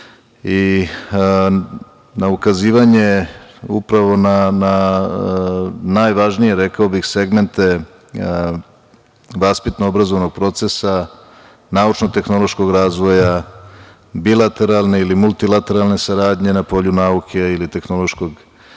i na ukazivanje upravo na najvažnije, rekao bih, segmente vaspitno obrazovnog procesa, naučno tehnološkog razvoja, bilateralne ili multilateralne saradnje na polju nauke ili tehnološkog razvoja,